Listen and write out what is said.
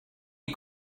you